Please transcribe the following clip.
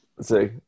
See